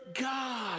God